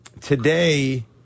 Today